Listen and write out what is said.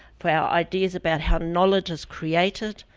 for our ideas about how knowledge is created,